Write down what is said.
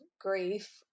grief